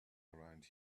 around